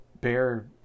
bear